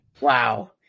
Wow